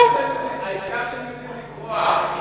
העיקר שהם יודעים לקרוע,